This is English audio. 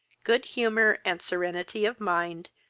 good humour, and serenity of mind,